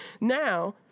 Now